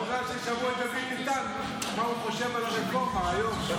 שאלו את דוד ביטן מה הוא חושב על הרפורמה היום.